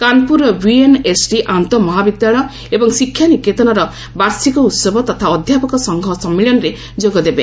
କାନପ୍ରରର BNSD ଆନ୍ତଃ ମହାବିଦ୍ୟାଳୟ ଏବଂ ଶିକ୍ଷା ନିକେତନର ବାର୍ଷିକ ଉହବ ତଥା ଅଧ୍ୟାପକ ସଂଘର ସମ୍ମିଳନୀରେ ଯୋଗ ଦେବେ